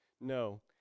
No